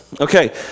Okay